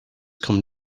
come